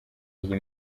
iyi